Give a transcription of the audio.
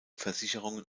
versicherungen